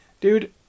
dude